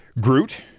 Groot